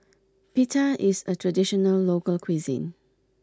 Pita is a traditional local cuisine